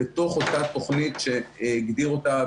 בתוך אותה תוכנית שהגדיר אותה,